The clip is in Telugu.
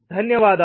ధన్యవాదాలు